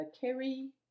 Carrie